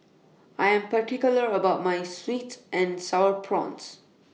I Am particular about My Sweet and Sour Prawns